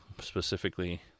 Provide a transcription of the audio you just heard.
specifically